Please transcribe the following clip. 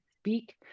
speak